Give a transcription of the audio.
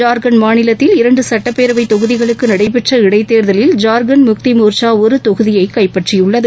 ஜார்கண்ட் மாநிலத்தில் இரண்டு சுட்டப் பேரவைத் தொகுதிகளுக்கு நடைபெற்ற இடைத் தேர்தலில் ஜார்கண்ட் முக்தி மோர்சா ஒரு தொகுதியை கைப்பற்றியுள்ளது